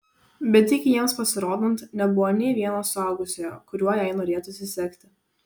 bet iki jiems pasirodant nebuvo nė vieno suaugusiojo kuriuo jai norėtųsi sekti